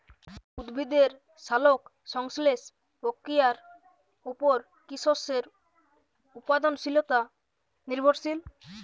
উদ্ভিদের সালোক সংশ্লেষ প্রক্রিয়ার উপর কী শস্যের উৎপাদনশীলতা নির্ভরশীল?